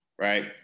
right